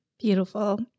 Beautiful